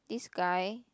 this guy